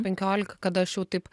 penkiolika kada aš jau taip